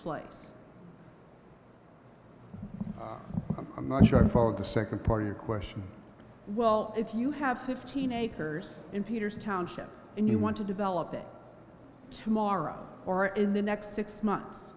place i'm not sure i follow the second part of the question well if you have fifteen acres in peters township and you want to develop it tomorrow or in the next six months